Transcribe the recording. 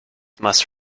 must